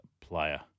player